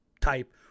type